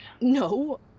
No